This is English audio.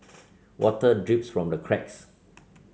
water drips from the cracks